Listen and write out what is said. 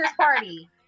party